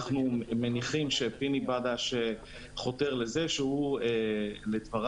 אנחנו מניחים שפיני בדש חותר לזה שהוא מנהל